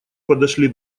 подошли